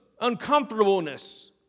uncomfortableness